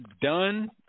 done